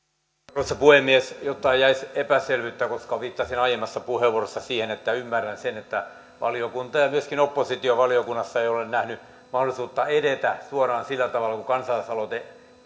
arvoisa puhemies jotta ei jäisi epäselvyyttä koska viittasin aiemmassa puheenvuorossa siihen että ymmärrän sen että valiokunta ja myöskään oppositio valiokunnassa eivät ole nähneet mahdollisuutta edetä suoraan sillä tavalla kuin kansalaisaloite